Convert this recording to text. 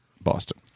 Boston